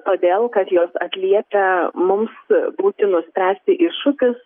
todėl kad jos atliepia mums būtinus spręsti iššūkius